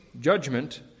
judgment